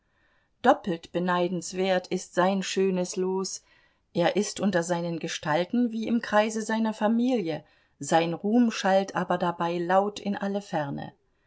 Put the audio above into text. doppelt beneidenswert ist sein schönes los er ist unter seinen gestalten wie im kreise seiner familie sein ruhm schallt aber dabei laut in alle ferne